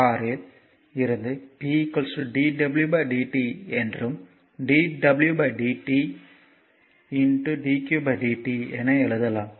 6 இல் இருந்து p dwdt என்றும் dwdq dqdt என எழுதலாம்